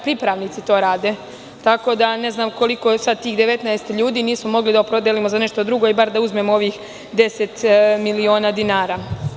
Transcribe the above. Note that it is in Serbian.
Pripravnici to rade, tako da ne znam koliko sada tih 19 ljudi nismo mogli da opredelimo za nešto drugo ili bar da uzmemo ovih 10 miliona dinara.